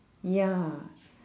ya